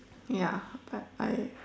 ya but I